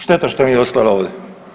Šteta što nije ostala ovdje.